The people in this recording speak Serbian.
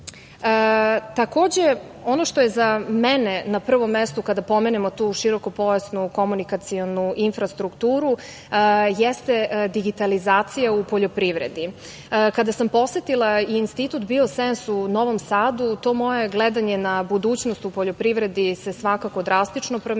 ono što je za mene na prvom mestu kada pomenemo tu širokopojasnu komunikacionu infrastrukturu jeste digitalizacija u poljoprivredi. Kada sam posetila Institut „Biosens“ u Novom Sadu, to moje gledanje na budućnost u poljoprivredi se svakako drastično promenilo,